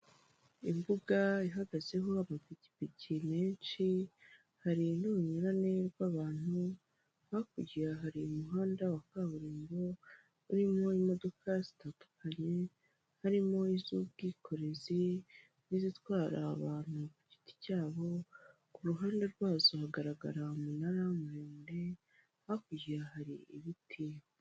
Imbuga ihagazeho amapikipiki menshi hari n'urunyurane rw'abantu hakurya hari umuhanda wa kaburimbo urimo imodoka zitandukanye, harimo iz'ubwikorezi n'izitwara abantu ku giti cyabo, ku ruhande rwazo hagaragara umunara muremure hakurya hari ibiti.